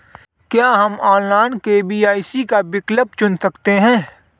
क्या हम online KYC का विकल्प चुन सकते हैं?